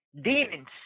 demons